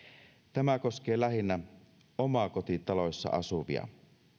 tämä koskee lähinnä omakotitaloissa asuvia